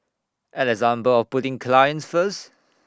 an example of putting clients first